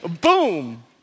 boom